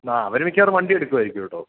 ആ അവര് മിക്കവാറും വണ്ടി എടുക്കുമായിരിക്കും കേട്ടോ